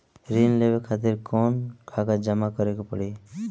ऋण लेवे खातिर कौन कागज जमा करे के पड़ी?